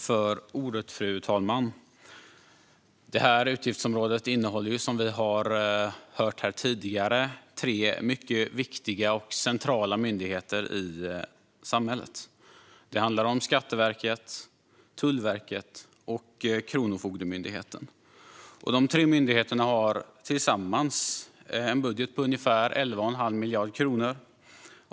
Fru talman! Detta utgiftsområde rör, som vi tidigare har hört här, tre mycket viktiga och centrala myndigheter i samhället. Det handlar om Skatteverket, Tullverket och Kronofogdemyndigheten. De tre myndigheterna har tillsammans en budget på ungefär 11,5 miljarder kronor.